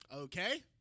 okay